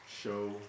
show